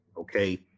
okay